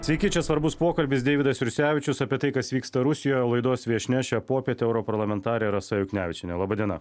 sveiki čia svarbus pokalbis deividas jursevičius apie tai kas vyksta rusijoj laidos viešnioj šią popietę europarlamentarė rasa juknevičienė laba diena